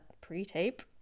pre-tape